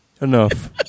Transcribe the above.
enough